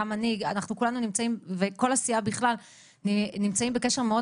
גם אני וכל הסיעה בכלל נמצאים בקשר מאוד